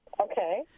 Okay